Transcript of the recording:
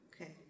okay